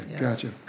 gotcha